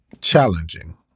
challenging